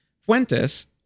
Fuentes